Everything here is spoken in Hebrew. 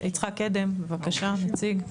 יצחק קדם, בבקשה תציג.